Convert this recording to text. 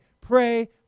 pray